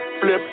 flip